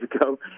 ago